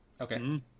Okay